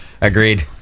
agreed